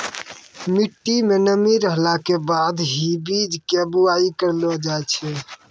मिट्टी मं नमी रहला के बाद हीं बीज के बुआई करलो जाय छै